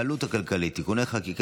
ובהצעת חוק ההתייעלות הכלכלית (תיקוני חקיקה